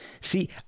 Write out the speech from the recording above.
See